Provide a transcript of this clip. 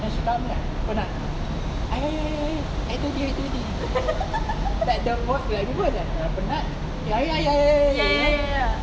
then she tell me like penat ya here here here here here I go drink I go drink like the voice like people was like dah penat eh air air air you know